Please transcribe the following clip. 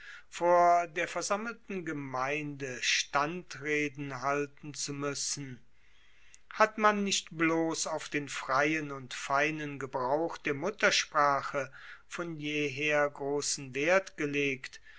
vor der versammelten gemeinde standreden halten zu muessen hat man nicht bloss auf den freien und feinen gebrauch der muttersprache von jeher grossen wert gelegt